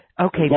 Okay